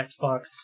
Xbox